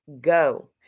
go